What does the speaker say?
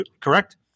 correct